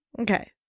Okay